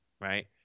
right